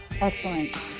excellent